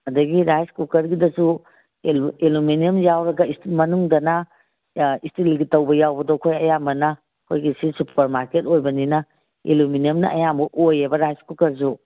ꯑꯗꯒꯤ ꯔꯥꯏꯁ ꯀꯨꯀꯔꯒꯤꯗꯁꯨ ꯑꯦꯂꯨꯃꯤꯅꯝ ꯌꯥꯎꯔꯒ ꯃꯅꯨꯡꯗꯅ ꯏꯁꯇꯤꯜꯒꯤ ꯇꯧꯕ ꯌꯥꯎꯕꯗꯣ ꯑꯩꯈꯣꯏ ꯑꯌꯥꯝꯕꯅ ꯑꯩꯈꯣꯏꯒꯤ ꯁꯤ ꯁꯨꯄꯔ ꯃꯥꯔꯀꯦꯠ ꯑꯣꯏꯕꯅꯤꯅ ꯑꯦꯂꯨꯃꯤꯅꯝꯅ ꯑꯌꯥꯝꯕ ꯑꯣꯏꯌꯦꯕ ꯔꯥꯏꯁ ꯀꯨꯀꯔꯁꯨ